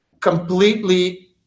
completely